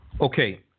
okay